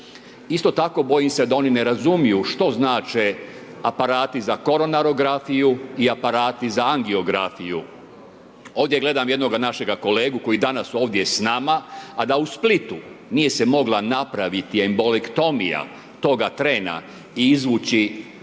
Isto tako bojim se da oni ne razumiju što znače aparati za koronarografiju i aparati angiografiju. Ovdje gledam jednoga našega kolegu koji je danas ovdje s nama, a da u Splitu nije se mogla napraviti embolektomija tog trena i izvući